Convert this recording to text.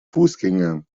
fußgänger